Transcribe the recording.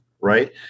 right